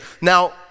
Now